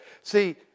See